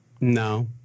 No